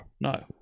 No